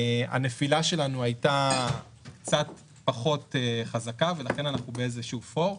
הנפילה שלנו הייתה קצת פחות חזקה ולכן אנחנו באיזשהו פור.